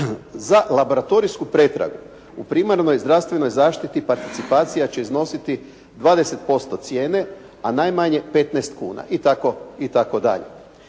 Za laboratorijsku pretragu u primarnoj zdravstvenoj zaštiti participacija će iznositi 20% cijene, a najmanje 15 kuna itd.